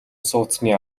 сууцны